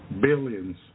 Billions